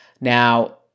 Now